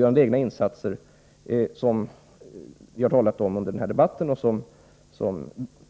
Detta är helt avgörande, som framhålls i denna debatt och som